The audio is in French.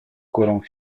courant